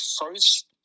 first